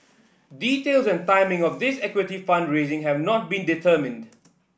details and timing of this equity fund raising have not been determined